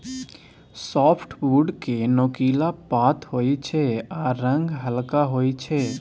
softwood केँ नोकीला पात होइ छै आ रंग हल्का होइ छै